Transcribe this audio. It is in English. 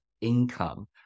income